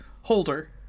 holder